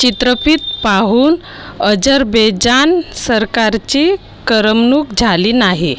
चित्रफित पाहून अझरबैजान सरकारची करमणूक झाली नाही